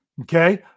Okay